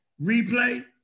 replay